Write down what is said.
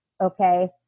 okay